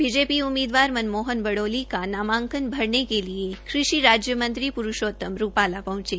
BJP उम्मीदवार मनमोहन बडोली का नामांकन भरवाने के लिए कृषि राज्य मंत्री प्रूशोतम रूपाला पहंचे